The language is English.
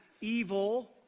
evil